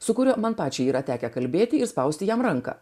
sukuria man pačiai yra tekę kalbėti ir spausti jam ranką